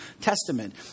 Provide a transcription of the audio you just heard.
Testament